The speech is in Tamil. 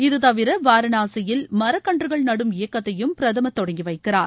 இதுதவிர வாரணாசியில் மரக்கன்றுகள் நடும் இயக்கத்தையும் பிரதமர் தொடங்கிவைக்கிறார்